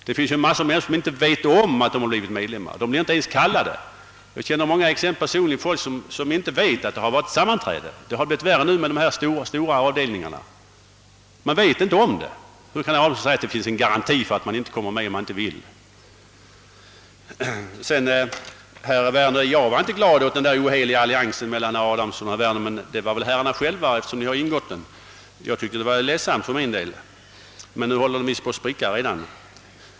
Det finns en mängd människor som inte vet att de blivit medlemmar, de blir inte ens kallade, och jag känner personligen flera som inte vetat om att det varit sammanträde. Det har blivit värre nu med de stora avdelningarna. Hur kan herr Adamsson då säga att det finns en garanti för att man inte kommer med om man inte önskar? Herr Werner, jag var inte glad åt den oheliga alliansen mellan er och herr Adamsson, men herrarna själva var det väl eftersom ni ingått den. För min del tycker jag att det var ledsamt, men alliansen håller visst på att spricka redan.